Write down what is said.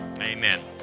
amen